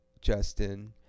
Justin